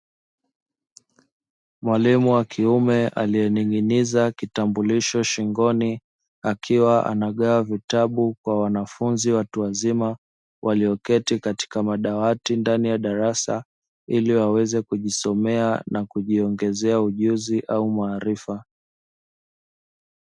Mwalimu wa kiume aliyening'iniza kitambulisho shingoni akiwa anagawa vitabu kwa wanafunzi walioketi ndani ya darasa ili waweze kujisomea na kujiongezea ujuzi au maarifa.